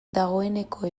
dagoeneko